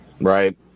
right